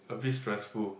a bit stressful